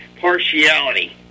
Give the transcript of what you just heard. partiality